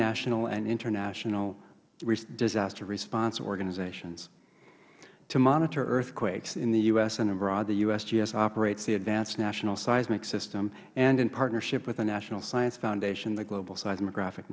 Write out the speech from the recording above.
national and international disaster response organizations to monitor earthquakes in the u s and abroad the usgs operates the advanced national seismic system and in partnership with the national science foundation the global seismographic